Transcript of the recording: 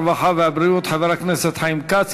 הרווחה והבריאות חבר הכנסת חיים כץ.